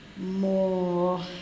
more